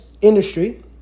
industry